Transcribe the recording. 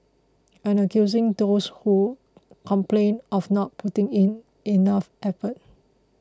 and accusing those who complained of not putting in enough effort